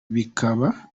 bikaba